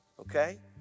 Okay